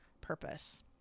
purpose